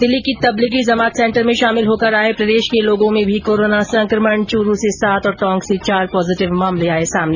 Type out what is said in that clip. दिल्ली की तबलीगी जमात सेंटर में शामिल होकर आये प्रदेश के लोगों में भी कोरोना संकमण चूरू से सात और टोंक से चार पॉजिटिव मामले आये सामने